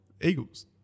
Eagles